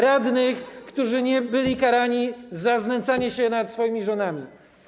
Radnych, którzy nie zostali ukarani za znęcanie się nad swoimi żonami.